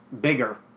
bigger